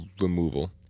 removal